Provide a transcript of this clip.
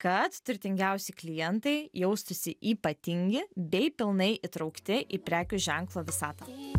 kad turtingiausi klientai jaustųsi ypatingi bei pilnai įtraukti į prekių ženklo visatą